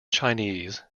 chinese